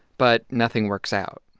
but nothing works out.